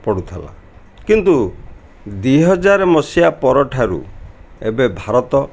ପଡ଼ୁଥିଲା କିନ୍ତୁ ଦୁଇ ହଜାର ମସିହା ପରଠାରୁ ଏବେ ଭାରତ